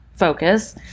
focus